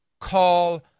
call